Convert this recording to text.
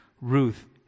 Ruth